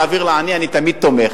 להעביר לעני, אני תמיד תומך.